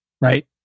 right